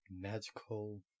magical